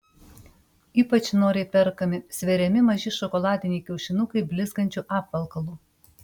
ypač noriai perkami sveriami maži šokoladiniai kiaušinukai blizgančiu apvalkalu